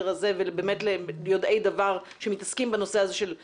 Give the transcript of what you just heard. הזה ובאמת מיודעי דבר שמתעסקים בנושא הזה של אקלים,